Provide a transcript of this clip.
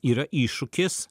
yra iššūkis